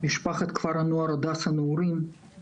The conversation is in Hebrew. משפחת כפר הנוער "הדסה נעורים",